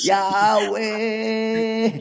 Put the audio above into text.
Yahweh